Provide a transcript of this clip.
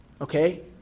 Okay